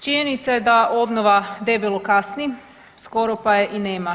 Činjenica je da obnova debelo kasni, skoro pa je i nema.